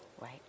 Right